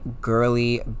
girly